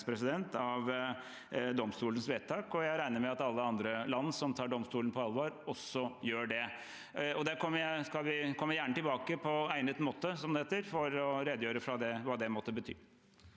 av domstolens vedtak. Jeg regner med at alle andre land som tar domstolen på alvor, også gjør det. Jeg kommer gjerne tilbake på egnet måte, som det heter, for å redegjøre for hva det måtte bety.